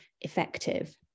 effective